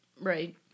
Right